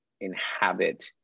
inhabit